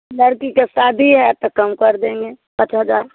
लड़की की शादी है तो कम कर देंगे पाँच हज़ार